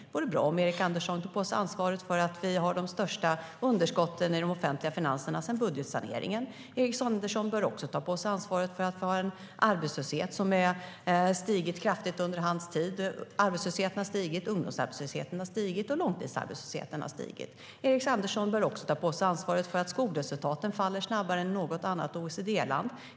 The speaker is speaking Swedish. Det vore bra om Erik Andersson tog på sig ansvaret för att vi har de största underskotten i de offentliga finanserna sedan budgetsaneringen. Erik Andersson bör också ta på sig ansvaret för att vi har en arbetslöshet som har stigit kraftigt under hans tid. Arbetslösheten, ungdomsarbetslösheten och långtidsarbetslösheten har stigit. Erik Andersson bör också ta på sig ansvaret för att skolresultaten faller snabbare än i något annat OECD-land.